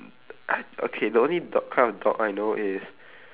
I okay the only dog kind of dog I know is